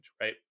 right